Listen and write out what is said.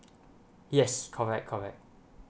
yes correct correct